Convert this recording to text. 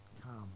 come